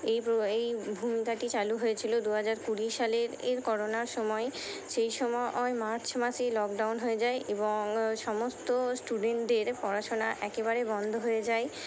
এই এই ভূমিকাটি চালু হয়েছিলো দু হাজার কুড়ি সালের এর করোনার সময় সেই সময় মার্চ মাসেই লকডাউন হয়ে যায় এবং সমস্ত স্টুডেন্টদের পড়াশোনা একেবারে বন্ধ হয়ে যায়